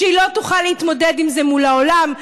שהיא לא תוכל להתמודד עם זה מול העולם,